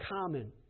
common